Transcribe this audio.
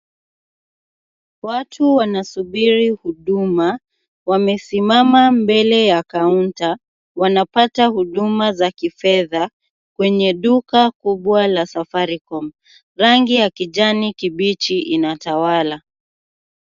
Watu wanasubiri huduma. Wamesimama mbele ya kaunta. Wanapata huduma za kifedha kwenye duka kubwa la safaricom. Rangi ya kijani kibichi inatawala.